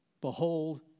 Behold